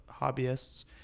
hobbyists